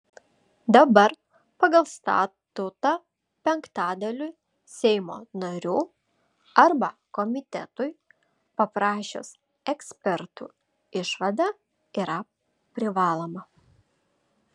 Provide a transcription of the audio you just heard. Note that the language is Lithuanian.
dabar pagal statutą penktadaliui seimo narių arba komitetui paprašius ekspertų išvada yra privaloma